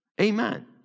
amen